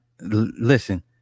Listen